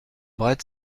bret